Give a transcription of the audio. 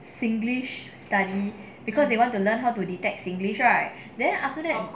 singlish study because they want to learn how to detect singlish right then after that